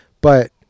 But-